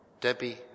Debbie